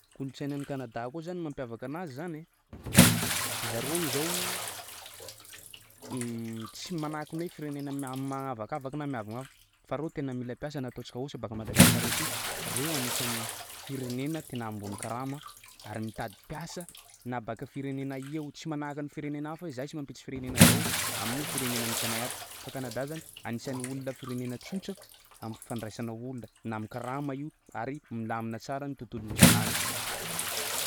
Kolotsainany Kanada ko zany mampiavaka anazy zany zareo ao amizao tsy manako hoe firenena manavakavaka na miavognavo fa reo tena mila piasa na ataotsika ohatsy baka madagascar eto io reo anisany firenena tena ambony karama ary mitady piasa na baka amin'ny firenena ahia tsy manaka firenena hafa hoe zay tsy mampiditry firenena zao amin'ny firenena misy anay fa kanada zany anisany olona firenena tsotsa amin'ny fandraisana olona na amin'ny karama io ary milamina tsara ny tontolo misy anazy